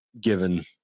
given